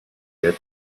get